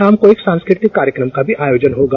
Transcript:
शाम को एक सांस्कृतिक कार्यक्रम का भी आयोजन होगा